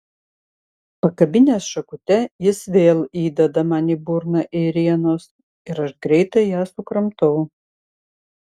pakabinęs šakute jis vėl įdeda man į burną ėrienos ir aš greitai ją sukramtau